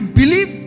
believe